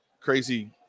crazy